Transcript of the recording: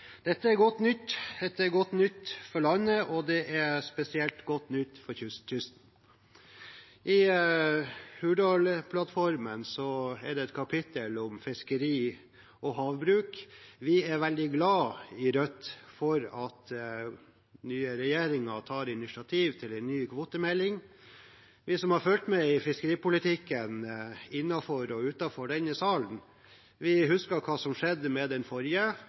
Dette er godt nytt for landet, og det er spesielt godt nytt for kysten. I Hurdalsplattformen er det et kapittel om fiskeri og havbruk. Vi i Rødt er veldig glad for at den nye regjeringen tar initiativ til en ny kvotemelding. Vi som har fulgt med i fiskeripolitikken innenfor og utenfor denne salen, husker hva som skjedde med den forrige.